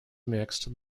mixed